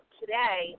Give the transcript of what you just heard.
today